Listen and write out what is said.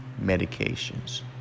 medications